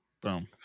Boom